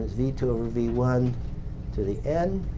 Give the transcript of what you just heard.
v two over v one to the n.